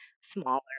smaller